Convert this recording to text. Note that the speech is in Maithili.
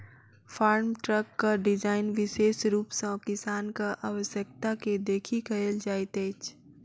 फार्म ट्रकक डिजाइन विशेष रूप सॅ किसानक आवश्यकता के देखि कयल जाइत अछि